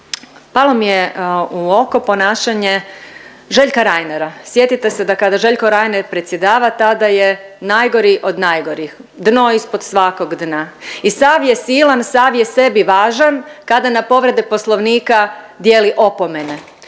Palo mi je u oko ponašanje Željka Reinera. Sjetite se da kada Željko Reiner predsjedava tada je najgori od najgorih, dno ispod svakog dna i sav je silan, sav je sebi važan kada na povrede Poslovnika dijeli opomene.